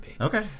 Okay